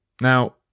Now